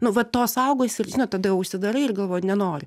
nu va to saugaisi ir žinot tada jau užsidarai ir galvoji nenoriu